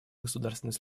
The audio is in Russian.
государственной